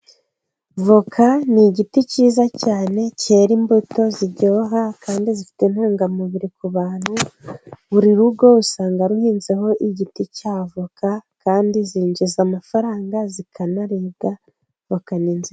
Voka ni igiti cyiza cyane, cyera imbuto ziryoha kandi zifite intungamubiri ku bantu buri rugo usanga ruhinzeho igiti cy'avoka kandi zinjiza amafaranga zikanaribwa bakana zigurisha.